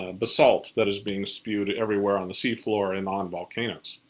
ah basalt that is being spewed everywhere on the seafloor and on volcanoes.